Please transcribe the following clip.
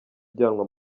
ujyanwa